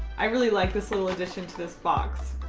i really like this little addition to this box.